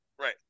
right